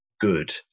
good